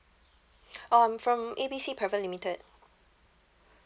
um from A B C private limited